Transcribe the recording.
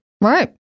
Right